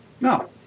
No